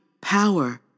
power